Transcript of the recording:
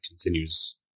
continues